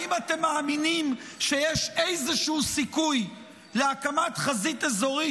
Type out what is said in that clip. האם אתם מאמינים שיש איזשהו סיכוי להקמת חזית אזורית